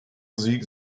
sieg